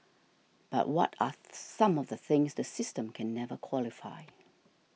but what are some of the things the system can never qualify